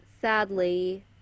Sadly